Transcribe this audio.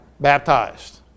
Baptized